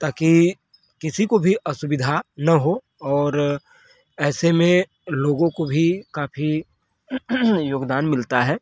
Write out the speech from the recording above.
ताकि किसी को भी असुविधा न हो और ऐसे में लोगों को भी काफ़ी योगदान मिलता है